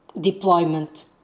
deployment